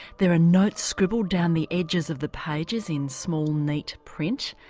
there are notes scribbled down the edges of the pages in small, neat print.